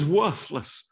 worthless